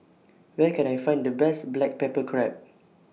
Where Can I Find The Best Black Pepper Crab